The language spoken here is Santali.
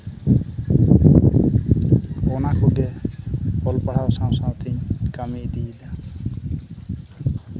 ᱚᱱᱟ ᱠᱚᱜᱮ ᱚᱞ ᱯᱟᱲᱦᱟᱣ ᱥᱟᱶᱼᱥᱟᱶ ᱛᱤᱧ ᱠᱟᱢᱤ ᱤᱫᱤᱭᱮᱫᱟ